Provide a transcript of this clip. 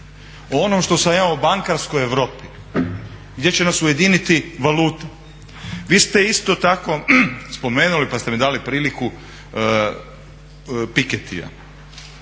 O onom što sam ja, o bankarskoj Europi, gdje će nas ujediniti valute. Vi ste isto tako spomenuli pa ste mi dali priliku pikettyja.